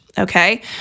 Okay